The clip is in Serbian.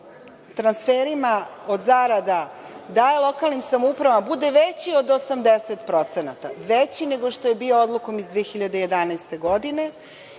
transferima od zarada daje lokalnim samoupravama bude veći od 80% procenata, veći nego što je bio odlukom iz 2011. godine.